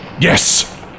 Yes